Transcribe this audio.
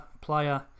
player